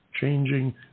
changing